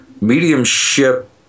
mediumship